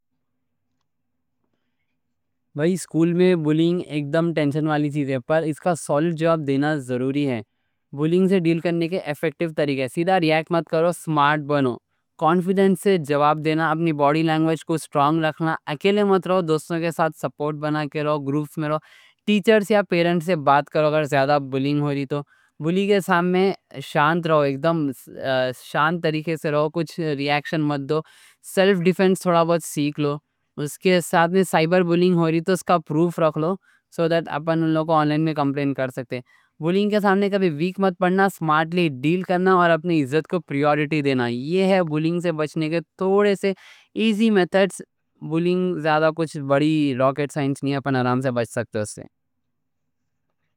بھائی سکول میں بولنگ ایک دم ٹینشن والی چیز ہے۔ پر اس کا سولوشن جواب دینا ضروری ہے۔ بولنگ سے ڈیل کرنے کے ایفیکٹیو طریقے: سیدھا ری ایکٹ مت کرو، سمارٹ بنو، کانفیڈنس سے جواب دینا، اپنی باڈی لینگویج کو سٹرانگ رکھنا۔ اکیلے مت رہو، دوستوں کے ساتھ سپورٹ بنا کے رہو، گروپ میں رہو، ٹیچرز یا پیرنٹس سے بات کرو۔ اگر زیادہ بولنگ ہو رہی تو بولنگ کے سامنے شانت رہو، ایک دم شانت طریقے سے رہو، کچھ ریاکشن مت دو۔ سیلف ڈیفنس تھوڑا بہت سیکھ لو۔ اس کے ساتھ میں سائبر بولنگ ہو رہی تو اس کا پروف رکھ لو۔ اپن لوگ آن لائن میں کمپلین کر سکتے۔ بولنگ کے سامنے کبھی ویک مت پڑنا، سمارٹ لی ڈیل کرنا، اور اپنی عزت کو پریورٹی دینا۔ یہ بولنگ سے بچنے کے تھوڑے سے ایزی میتھڈز ہے۔ بولنگ زیادہ کچھ بڑی راکٹ سائنس نہیں ہے، اپن آرام سے بچ سکتے اس سے۔